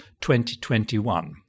2021